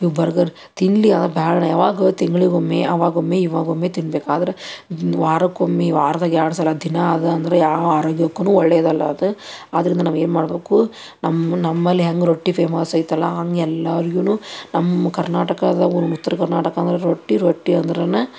ಇವು ಬರ್ಗರ್ ತಿನ್ನಲಿ ಯಾ ಬೇಡ ಯಾವಾಗೋ ತಿಂಗಳಿಗೊಮ್ಮೆ ಅವಾಗೊಮ್ಮೆ ಇವಾಗೊಮ್ಮೆ ತಿನ್ಬೇಕು ಆದ್ರೆ ವಾರಕ್ಕೊಮ್ಮೆ ವಾರ್ದಾಗ ಎರಡು ಸಲ ದಿನ ಅದು ಅಂದ್ರೆ ಯಾವ ಆರೋಗ್ಯಕ್ಕೂನು ಒಳ್ಳೆಯದಲ್ಲ ಅದು ಆದ್ದರಿಂದ ನಾವು ಏನು ಮಾಡ್ಬೇಕು ನಮ್ಮ ನಮ್ಮಲ್ಲಿ ಹ್ಯಾಂಗೆ ರೊಟ್ಟಿ ಫೇಮಸ್ ಐತಲ್ಲ ಹಂಗೆ ಎಲ್ಲರ್ಗೂನು ನಮ್ಮ ಕರ್ನಾಟಕದ ಉತ್ತರ ಕರ್ನಾಟಕ ಅಂದ್ರೆ ರೊಟ್ಟಿ ರೊಟ್ಟಿ ಅಂದ್ರೇನ